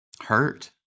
hurt